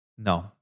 No